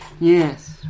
Yes